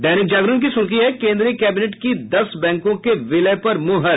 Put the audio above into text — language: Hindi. दैनिक जागरण की सुर्खी है केन्द्रीय कैबिनेट की दस बैंकों के विलय पर मुहर